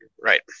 Right